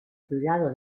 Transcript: cuidado